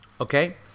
Okay